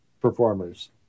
performers